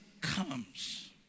comes